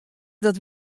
dat